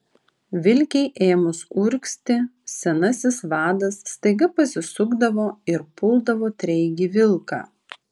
vilkei ėmus urgzti senasis vadas staiga pasisukdavo ir puldavo treigį vilką